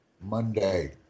Monday